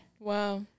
Wow